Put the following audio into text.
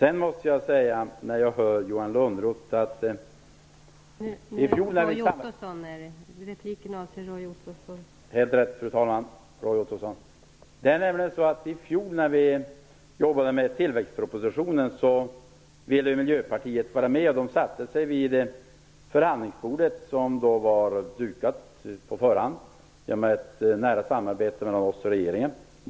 I fjol när vi jobbade med tillväxtpropositionen ville de i Miljöpartiet vara med. De satte sig vid förhandlingsbordet, som då var dukat på förhand genom ett nära samarbete mellan oss och regeringen.